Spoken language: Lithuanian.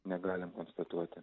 negalim konstatuoti